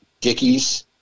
Dickies